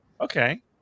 Okay